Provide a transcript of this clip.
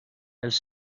els